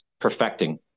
perfecting